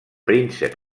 príncep